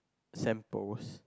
samples